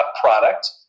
product